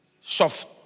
soft